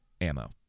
ammo